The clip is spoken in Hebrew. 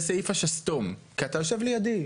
כי אתה יושב לידי.